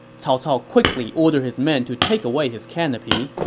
cao cao quickly ordered his men to take away his canopy,